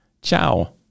Ciao